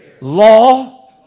Law